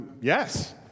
Yes